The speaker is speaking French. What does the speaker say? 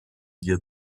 dire